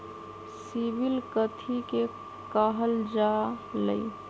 CIBIL कथि के काहल जा लई?